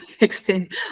extend